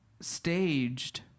staged